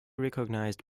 recognised